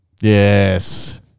Yes